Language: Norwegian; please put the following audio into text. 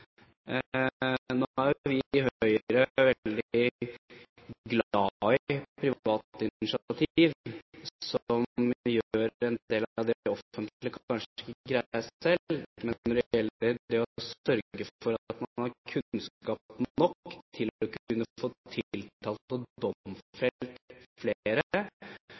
Nå er vi i Høyre veldig glad i private initiativ som gjør en del av det det offentlige kanskje ikke greier selv. Men når det gjelder det å sørge for at man har kunnskap nok for å få tiltalt og domfelt flere,